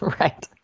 Right